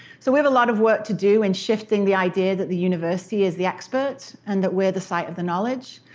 so we have a lot of work to do in shifting the idea that the university is the expert and that we're the site of the knowledge,